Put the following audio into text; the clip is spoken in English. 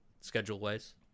schedule-wise